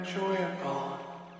Enjoyable